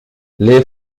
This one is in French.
les